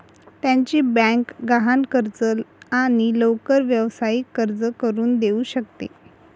त्याची बँक गहाण कर्ज आणि लवकर व्यावसायिक कर्ज करून देऊ शकते